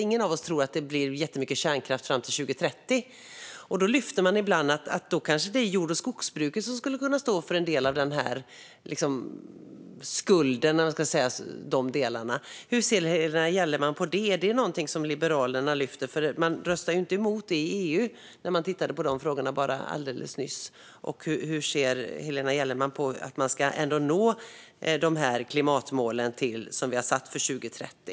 Ingen av oss tror väl att det blir jättemycket kärnkraft fram till 2030, och då lyfter man ibland att jord och skogsbruket kanske skulle kunna stå för en del av den här skulden, eller vad man ska säga. Hur ser Helena Gellerman på detta? Är det någonting som Liberalerna lyfter? Man röstade ju inte emot det i EU när man tittade på de frågorna alldeles nyss. Hur ser Helena Gellerman att man ska nå de klimatmål som vi har satt upp för 2030?